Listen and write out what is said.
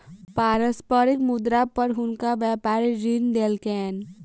पारस्परिक मुद्रा पर हुनका व्यापारी ऋण देलकैन